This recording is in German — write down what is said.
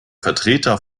vertreter